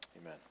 Amen